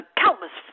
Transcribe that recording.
countless